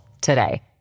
today